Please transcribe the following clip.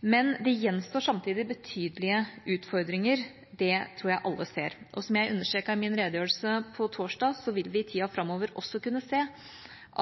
Men det gjenstår samtidig betydelige utfordringer. Det tror jeg alle ser. Som jeg understreket i min redegjørelse på torsdag, vil vi i tida framover også kunne se